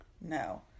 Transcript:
No